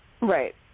right